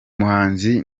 muhanzi